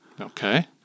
Okay